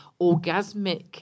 orgasmic